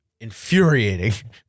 infuriating